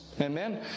Amen